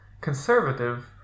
Conservative